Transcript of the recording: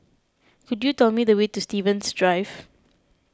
could you tell me the way to Stevens Drive